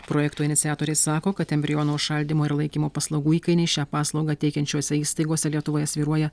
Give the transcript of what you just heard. projekto iniciatoriai sako kad embrionų šaldymo ir laikymo paslaugų įkainiai šią paslaugą teikiančiose įstaigose lietuvoje svyruoja